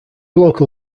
local